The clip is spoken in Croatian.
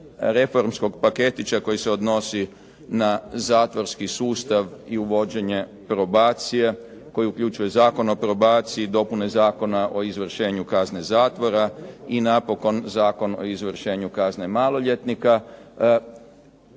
reformskog paketića koji se odnosi na zatvorski sustav i uvođenje probacije koji uključuje Zakon o probaciji, dopune Zakona o izvršenju kazne zatvora i napokon Zakon o izvršenju kazne maloljetnika,